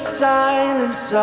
silence